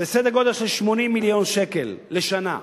זה סדר גודל של 80 מיליון שקל לשנה.